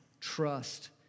trust